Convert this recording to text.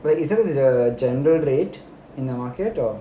but is there like a general rate in the market or